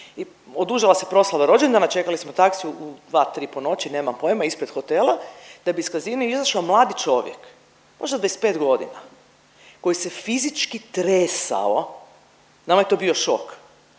odužila se proslava rođendana, čekali smo taksi u dva, tri po noći, nemam pojma, ispred hotela da bi iz casina izašao mladi čovjek možda 25 godina koji se fizički tresao. Nama je to bio šok,